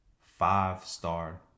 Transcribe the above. five-star